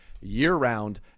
year-round